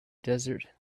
desert